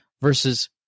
versus